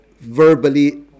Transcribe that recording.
verbally